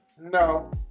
No